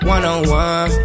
One-on-one